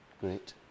Great